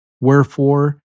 Wherefore